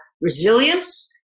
resilience